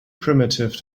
primitive